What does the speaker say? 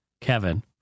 Kevin